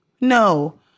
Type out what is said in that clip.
No